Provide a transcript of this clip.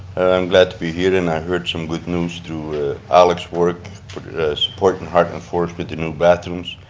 i'm glad to be here and i heard some good news through alex work supporting heartland forest with the new bathrooms.